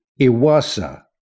Iwasa